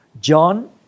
John